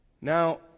Now